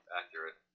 accurate